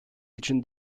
için